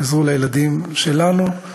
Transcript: יעזרו לילדים שלנו,